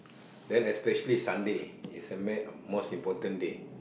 then especially Sunday is the may most important day